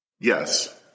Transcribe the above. yes